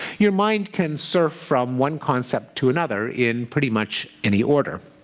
your mind can surf from one concept to another in pretty much any order.